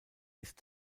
ist